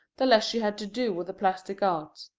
the less she had to do with the plastic arts.